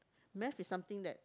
math is something that